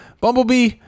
Bumblebee